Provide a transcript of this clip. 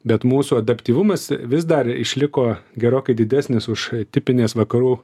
bet mūsų adaptyvumas vis dar išliko gerokai didesnis už tipinės vakarų